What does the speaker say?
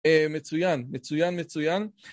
מצוין, מצוין מצוין